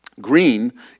Green